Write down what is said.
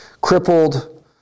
Crippled